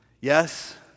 yes